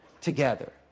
together